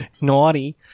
Naughty